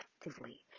effectively